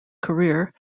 career